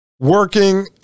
Working